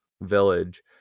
village